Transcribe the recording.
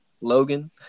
Logan